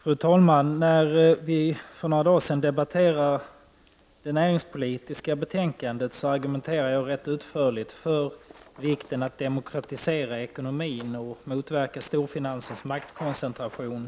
Fru talman! När vi för några dagar sedan debatterade det näringspolitiska betänkandet argumenterade jag ganska utförligt för vikten av att demokratisera ekonomin och motverka storfinansens maktkoncentration.